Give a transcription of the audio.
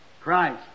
Christ